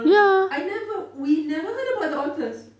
I never we never heard about the otters